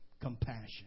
Compassion